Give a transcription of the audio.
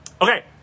Okay